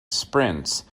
sprints